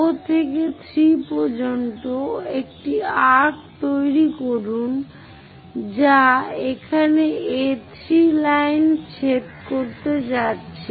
O থেকে 3 পর্যন্ত একটি আর্ক্ তৈরি করুন যা এখানে A3 লাইন ছেদ করতে যাচ্ছে